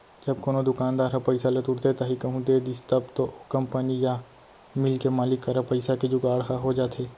जब कोनो दुकानदार ह पइसा ल तुरते ताही कहूँ दे दिस तब तो ओ कंपनी या मील के मालिक करा पइसा के जुगाड़ ह हो जाथे